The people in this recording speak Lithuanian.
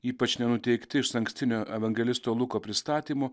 ypač nenuteikti išankstinio evangelisto luko pristatymų